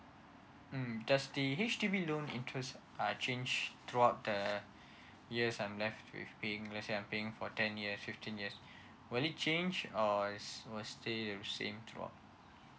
mm does the H_D_B loan interest change throughout the year I'm left with let's say I'm paying for ten years fifteen years will it change or it will stay with the same throughout